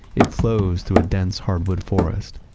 it flows through a dense hardwood forest.